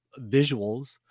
visuals